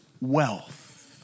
wealth